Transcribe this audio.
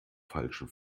falschen